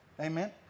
Amen